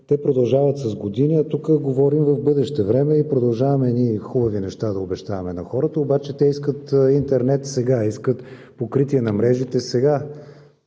те продължават с години. А тук говорим в бъдеще време и продължаваме едни хубави неща да обещаваме на хората, обаче те искат интернет сега, искат покритие на мрежите сега.